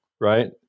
right